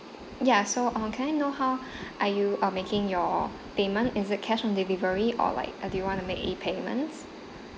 ya so um can I know how are you uh making your payment is it cash on delivery or like or do you want to make E payments